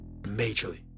majorly